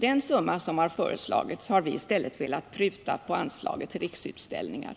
Den summa som föreslagits har vi i stället velat pruta på anslaget till Riksutställningar.